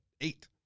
eight